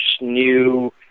new